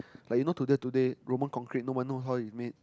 like you know today today Roman concrete no one knows how it's made